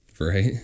Right